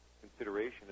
consideration